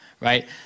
right